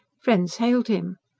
friends hailed him.